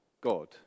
God